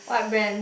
what brand